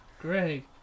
Greg